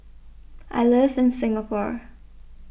I live in Singapore